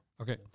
Okay